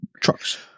trucks